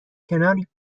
کنار